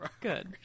Good